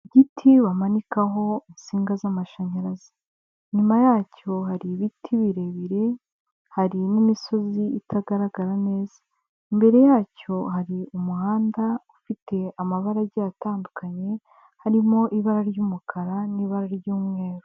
Igiti bamanikaho insinga z'amashanyarazi, inyuma yacyo hari ibiti birebire hari n'imisozi itagaragara neza, imbere yacyo hari umuhanda ufite amabara agiye atandukanye harimo ibara ry'umukara n'ibara ry'umweru.